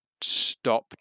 stop